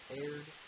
aired